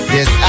Yes